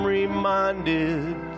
reminded